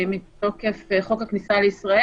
מתוקף חוק הכניסה לישראל.